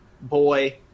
boy